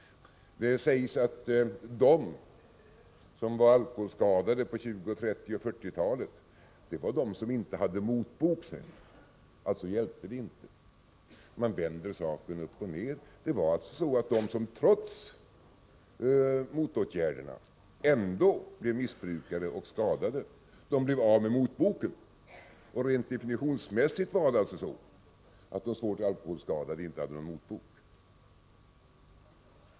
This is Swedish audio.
Det sägs att de som var alkoholskadade på 20-, 30 och 40-talen var de som inte hade motbok. Den hjälpte alltså inte. Man vände på saken och sade: De som trots motåtgärderna blev missbrukare och alkoholskadade blev av med motboken, och rent definitionsmässigt var det alltså så att de svårt alkoholskadade inte hade någon motbok.